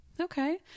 okay